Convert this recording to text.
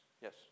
Yes